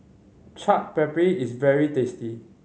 Chaat Papri is very tasty